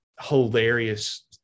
hilarious